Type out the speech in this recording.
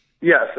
Yes